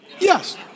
Yes